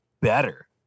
better